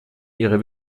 ihrer